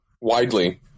widely